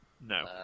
No